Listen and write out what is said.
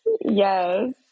yes